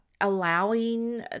allowing